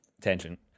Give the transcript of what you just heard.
tangent